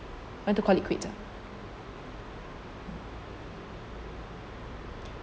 want to call you quit ah